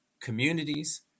communities